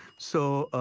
so.